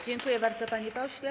Dziękuję bardzo, panie pośle.